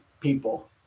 people